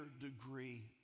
degree